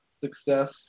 success